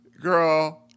girl